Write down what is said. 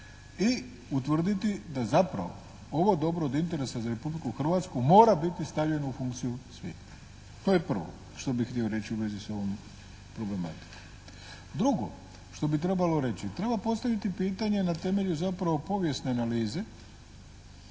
i utvrditi da zapravo ovo dobro od interesa za Republiku Hrvatsku mora biti stavljeno u funkciju svih. To je prvo što bih htio reći u vezi s ovom problematikom. Drugo, što bi trebalo reći. Treba postaviti pitanje na temelju zapravo povijesne analize